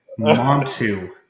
Montu